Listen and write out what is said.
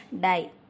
die